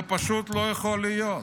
זה פשוט לא יכול להיות.